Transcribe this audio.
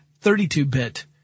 32-bit